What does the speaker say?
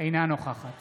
אינה נוכחת